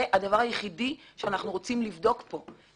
זה הדבר היחידי שאנחנו רוצים לבדוק פה.